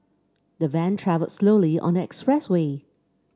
the van travelled slowly on the express way